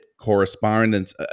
correspondence